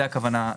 לזה הכוונה.